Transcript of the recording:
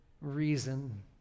reason